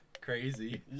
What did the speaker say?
crazy